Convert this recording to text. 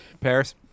Paris